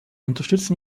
unterstützen